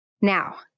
Now